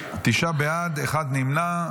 תשעה בעד, אחד נמנע.